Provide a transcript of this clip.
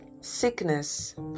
Sickness